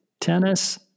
Tennis